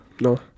No